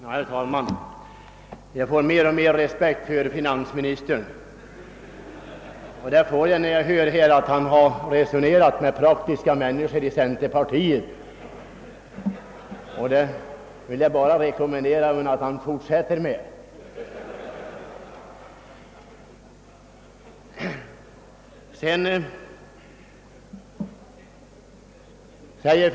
Herr talman! Jag får mer och mer respekt för finansministern — den ökar ytterligare när jag hör att han har resonerat med praktiska människor i centerpartiet. Jag vill rekommendera honom att fortsätta med det.